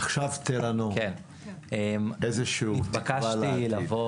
עכשיו תן לנו איזשהו תקווה לעתיד.